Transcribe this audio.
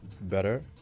better